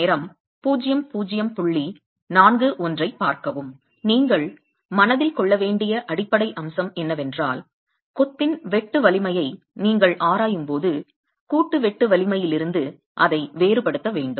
நீங்கள் மனதில் கொள்ள வேண்டிய அடிப்படை அம்சம் என்னவென்றால் கொத்தின் வெட்டு வலிமையை நீங்கள் ஆராயும்போது கூட்டு வெட்டு வலிமையிலிருந்து அதை வேறுபடுத்த வேண்டும்